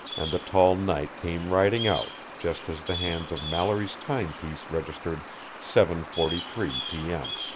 and the tall knight came riding out just as the hands of mallory's timepiece registered seven forty three p m.